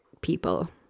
people